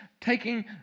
taking